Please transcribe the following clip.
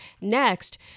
Next